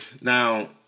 now